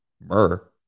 myrrh